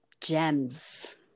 gems